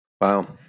Wow